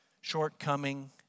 shortcoming